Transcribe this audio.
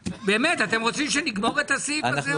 באמת, אתם רוצים שנגמור את הסעיף הזה או לא?